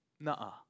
nah